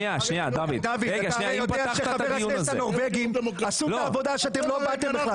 אתה הרי יודע שחברי הכנסת הנורבגים עשו את העבודה אליה אתם לא באתם.